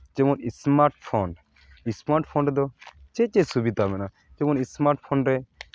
ᱡᱮᱢᱚᱱ smart phone smart phone ᱨᱮᱫᱚᱢ ᱪᱮᱫ ᱪᱮᱫ ᱥᱩᱵᱤᱫᱷᱟ ᱢᱮᱱᱟᱜᱼᱟ ᱡᱮᱢᱚᱱ ᱮᱥᱢᱟᱨᱴ ᱯᱷᱳᱱ ᱨᱮ